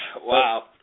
Wow